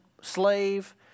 slave